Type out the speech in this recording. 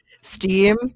steam